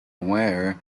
aware